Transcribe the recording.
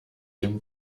dem